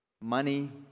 money